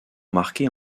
marquées